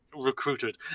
recruited